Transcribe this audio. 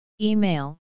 Email